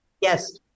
Yes